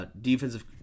Defensive